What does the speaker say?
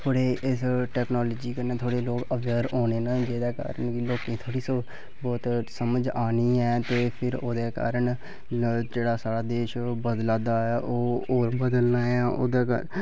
थोह्ड़े टैक्नॉलोजी कन्नै जेह्ड़े लोक अवेयर होने न लोकें ई थोह्ड़ी बहुत समझ आनी ऐ ते फिर ओह्दे कारण जेह्ड़ा साढ़ा देश ओह् बदला दा ऐ ओह् होर बदलना ऐ